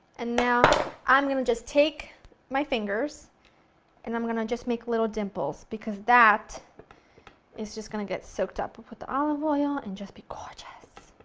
and now, i'm going to just take my fingers and i'm going to just make little dimples because that is just going to get soaked up with the olive oil and just be gorgeous! a